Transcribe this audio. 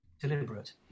deliberate